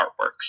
artworks